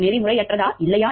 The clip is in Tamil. நெறிமுறையற்றதா இல்லையா